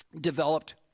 developed